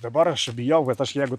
dabar aš bijau kad aš jeigu